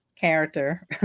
character